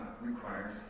requires